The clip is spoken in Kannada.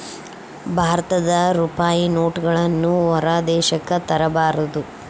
ಭಾರತದ ರೂಪಾಯಿ ನೋಟುಗಳನ್ನು ಹೊರ ದೇಶಕ್ಕೆ ತರಬಾರದು